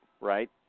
right